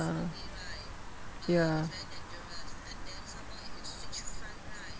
uh ya